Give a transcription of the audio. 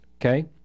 Okay